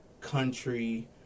country